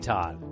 Todd